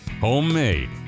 homemade